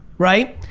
right?